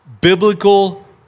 biblical